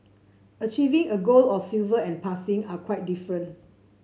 achieving a gold or silver and passing are quite different